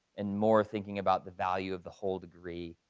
and more thinking about the value of the whole degree.